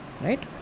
right